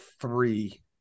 three